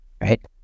right